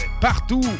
partout